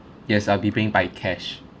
yes I'll be paying by cash